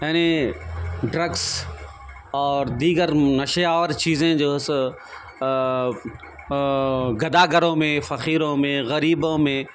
یعنی ڈرگس اور دیگر نشہ آور چیزیں جو ہے سو گداگروں میں فقیروں میں غریبوں میں